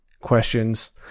questions